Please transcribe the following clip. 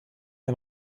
ein